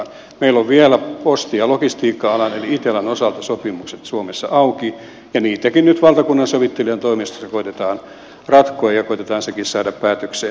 meillä ovat vielä posti ja logistiikka alan eli itellan osalta sopimukset suomessa auki ja niitäkin nyt valtakunnansovittelijan toimesta koetetaan ratkoa ja koetetaan sekin saada päätökseen